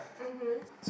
mmhmm